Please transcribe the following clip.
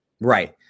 Right